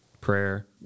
prayer